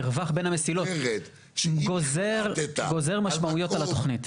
המרווח בין המסילות גוזר משמעויות על התוכנית.